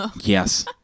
Yes